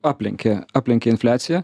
aplenkė aplenkė infliaciją